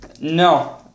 No